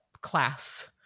class